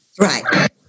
Right